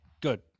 good